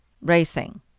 racing